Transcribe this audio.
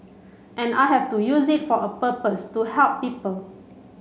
and I have to use it for a purpose to help people